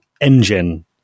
Engine